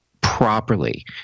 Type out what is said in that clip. properly